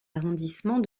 arrondissements